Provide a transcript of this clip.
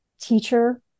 teacher